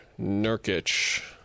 Nurkic